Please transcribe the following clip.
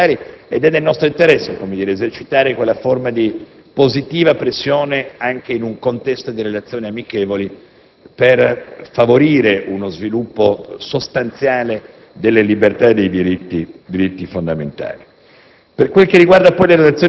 e nel settore dei diritti fondamentali ed è nel nostro interesse esercitare una forma di positiva pressione, anche in un contesto di relazioni amichevoli, per favorire uno sviluppo sostanziale delle libertà e dei diritti fondamentali.